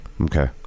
Okay